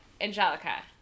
angelica